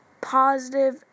positive